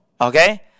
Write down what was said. Okay